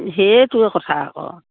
সেইটোৱে কথা আকৌ